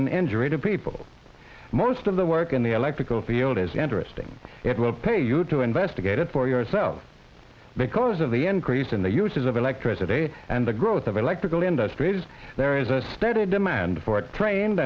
an injury to people most of the work in the electrical field is interesting it will pay you to investigate it for yourself because of the increase in the uses of electricity and the growth of electrical industries there is a steady demand for trained